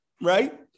right